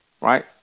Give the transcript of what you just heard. right